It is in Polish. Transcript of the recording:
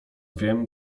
wiem